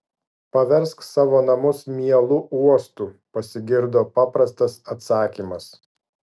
paversk savo namus mielu uostu pasigirdo paprastas atsakymas